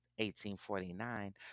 1849